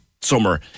summer